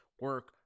Work